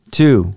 two